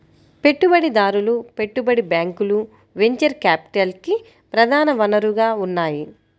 పెట్టుబడిదారులు, పెట్టుబడి బ్యాంకులు వెంచర్ క్యాపిటల్కి ప్రధాన వనరుగా ఉన్నాయి